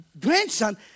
grandson